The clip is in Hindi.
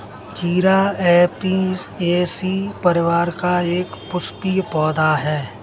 जीरा ऍपियेशी परिवार का एक पुष्पीय पौधा है